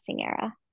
era